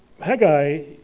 Haggai